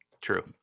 True